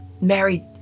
married